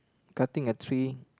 cutting a tree